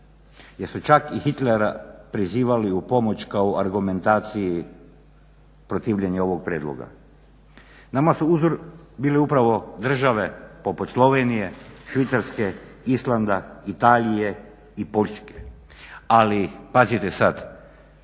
jer su čak i Hitlera prizivali u pomoć kao argumentaciji protivljenja ovog prijedloga. Nama su uzor bili upravo države poput Slovenije, Švicarske, Islanda, Italije i Poljske, ali pazite sada